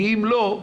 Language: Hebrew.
כי אם לא,